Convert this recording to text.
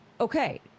Okay